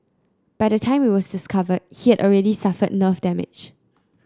by the time it was discovered he had already suffered nerve damage